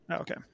Okay